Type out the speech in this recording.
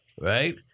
right